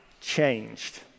changed